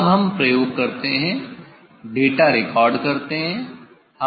अब हम प्रयोग करते हैं डेटा रिकॉर्ड करते हैं